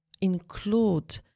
include